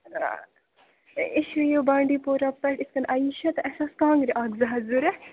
أسۍ یہِ بانٛڈی پوٗرا پٮ۪ٹھ اِتھ کَنہِ عایشہ تہٕ اَسہِ آسہٕ کانٛگرِ اَکھ زٕ ہَتھ ضوٚرَتھ